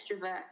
extrovert